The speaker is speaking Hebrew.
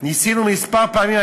ניסינו כמה פעמים,